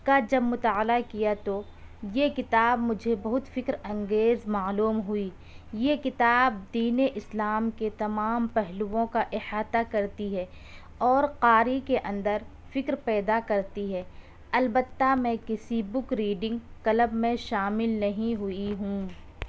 کا جب مطالعہ کیا تو یہ کتاب مجھے بہت فکر انگیز معلوم ہوئی یہ کتاب دین اسلام کے تمام پہلوؤں کا احاطہ کرتی ہے اور قاری کے اندر فکر پیدا کرتی ہے البتہ میں کسی بک ریڈنگ کلب میں شامل نہیں ہوئی ہوں